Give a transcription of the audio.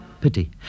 pity